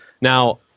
Now